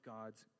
God's